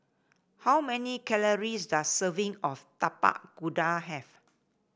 how many calories does a serving of Tapak Kuda have